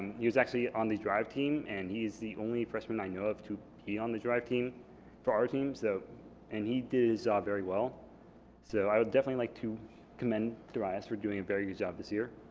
he was actually on the drive team and he's the only freshman i know of to be on the drive team for our teams though and he does ah very well so i would definitely like to commend dorius for doing a very good job this year.